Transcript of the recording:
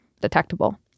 detectable